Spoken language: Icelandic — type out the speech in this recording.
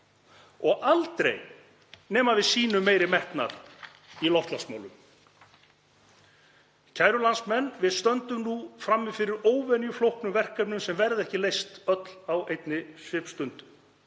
og aldrei nema við sýnum meiri metnað í loftslagsmálum. Kæru landsmenn. Við stöndum nú frammi fyrir óvenju flóknum verkefnum sem verða ekki leyst öll á einni svipstundu.